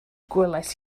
gwelais